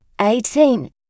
eighteen